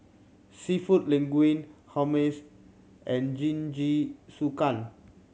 Seafood Linguine Hummus and Jingisukan